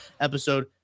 episode